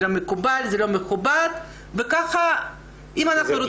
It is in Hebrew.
לא מחובר --- זה לא רק לא